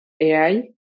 AI